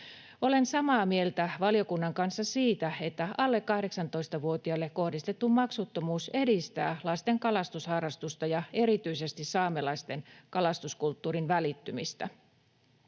Olen samaa mieltä valiokunnan kanssa siitä, että alle 18‑vuotiaille kohdistettu maksuttomuus edistää lasten kalastusharrastusta ja erityisesti saamelaisten kalastuskulttuurin välittymistä.